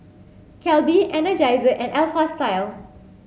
Calbee Energizer and Alpha Style